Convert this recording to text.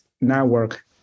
network